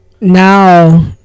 now